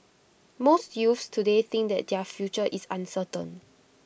most youths today think that their future is uncertain